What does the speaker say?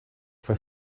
for